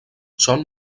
són